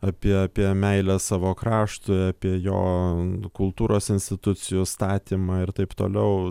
apie apie meilę savo kraštui apie jo kultūros institucijų statymą ir taip toliau